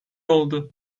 oldu